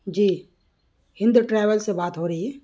جی Hind travel سے بات ہو رہی